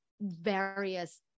various